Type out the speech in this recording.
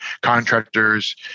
contractors